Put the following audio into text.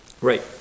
Right